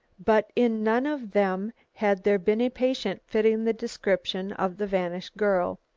but in none of them had there been a patient fitting the description of the vanished girl.